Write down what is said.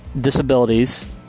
disabilities